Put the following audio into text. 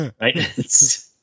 Right